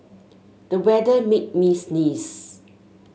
the weather made me sneeze